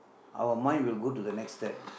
our mind will go to the next step